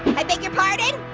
i beg your pardon?